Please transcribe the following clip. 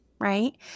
right